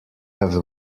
have